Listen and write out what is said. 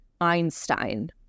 Einstein